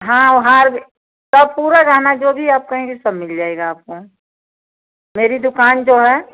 हाँ वो हार भी सब पूरा गहना जो भी आप कहेंगी सब मिल जाएगा आपको मेरी दुकान जो है